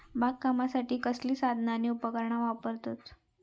बागकामासाठी कसली साधना आणि उपकरणा वापरतत?